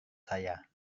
saya